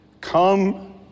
Come